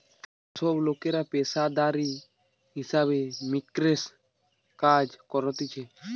যে সব লোকরা পেশাদারি হিসাব মিক্সের কাজ করতিছে